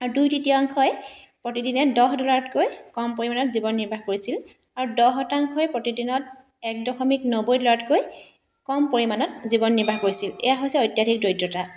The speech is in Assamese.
দুই তৃতীয়াংশই প্ৰতিদিনে দহ ডলাৰতকৈ কম পৰিমাণত জীৱন নিৰ্বাহ কৰিছিল আৰু দহ শতাংশই প্ৰতিদিনত এক দশমিক নব্বৈ ডলাৰতকৈ কম পৰিমাণত জীৱন নিৰ্বাহ কৰিছিল এয়া হৈছে অত্যাধিক দৰিদ্ৰতা